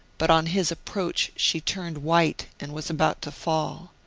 but on his approach she turned white and was about to fall.